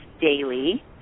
daily